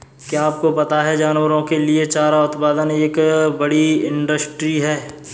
क्या आपको पता है जानवरों के लिए चारा उत्पादन एक बड़ी इंडस्ट्री है?